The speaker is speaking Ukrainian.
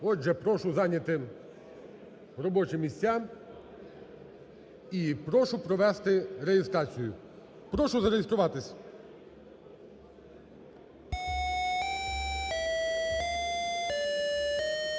Отже, прошу зайняти робочі місця і прошу провести реєстрацію. Прошу зареєструватись.